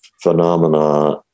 phenomena